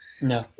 no